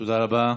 תודה רבה.